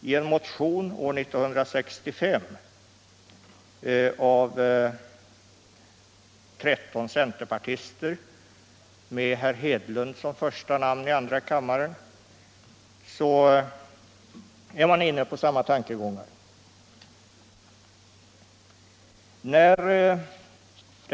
I en motion i andra kammaren år 1965 av 13 centerpartister med herr Hedlund som första namn är man inne på samma tankegångar.